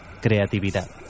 Creatividad